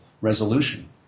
resolution